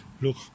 look